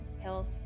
health